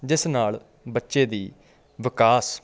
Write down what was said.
ਜਿਸ ਨਾਲ ਬੱਚੇ ਦੀ ਵਿਕਾਸ